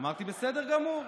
אמרתי: בסדר גמור.